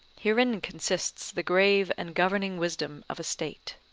herein consists the grave and governing wisdom of a state.